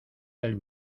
del